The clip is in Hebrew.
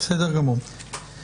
בסדר גמור.